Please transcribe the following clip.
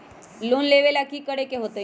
Loan लेवेला की करेके होतई?